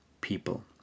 people